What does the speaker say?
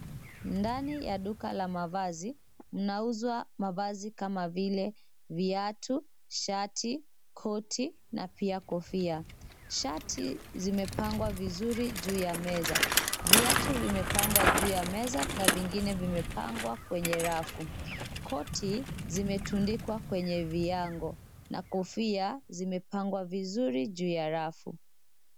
Ndani ya duka la mavazi kunauzwa mavazi kama vile, viatu, shati, koti na pia kofia. Shati zimepangwa vizuri juu ya meza, viatu vimepangwa juu ya meza na vingine vimepangwa kwenye rafu. Koti zimetundikwa kwenye viango na kofia zimepangwa vizuri juu ya rafu.